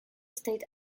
state